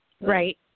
Right